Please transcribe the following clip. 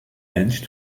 bench